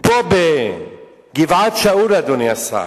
פה בגבעת-שאול, אדוני השר,